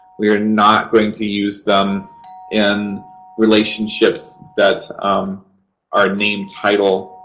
we are not going to use them in relationships that um are name title